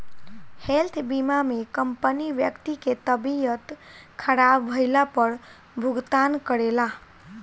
health बीमा में company व्यक्ति के तबियत ख़राब भईला पर भुगतान करेला